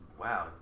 wow